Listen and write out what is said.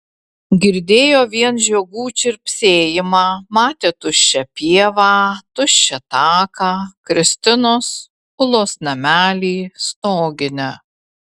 girdėjo vien žiogų čirpsėjimą matė tuščią pievą tuščią taką kristinos ulos namelį stoginę